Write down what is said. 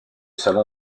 salon